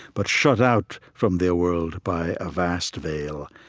but shut out from their world by a vast veil.